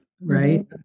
right